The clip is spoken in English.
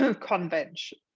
convention